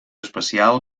especial